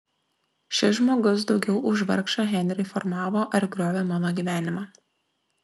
šis žmogus daugiau už vargšą henrį formavo ar griovė mano gyvenimą